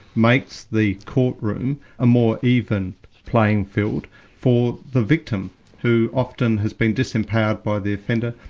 makes the court room a more even playing field for the victim who often has been disempowered by the offender,